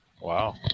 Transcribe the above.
Wow